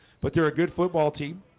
but they're a good football team